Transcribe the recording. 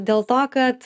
dėl to kad